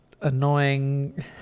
annoying